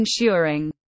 Ensuring